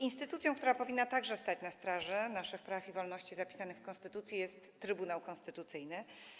Instytucją, która powinna także stać na straży naszych praw i wolności zapisanych w konstytucji, jest Trybunał Konstytucyjny.